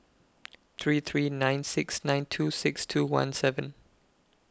three three nine six nine two six two one seven